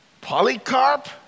Polycarp